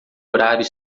horário